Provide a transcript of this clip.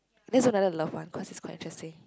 this is another love one cause it's quite interesting